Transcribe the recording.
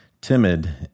timid